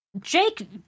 Jake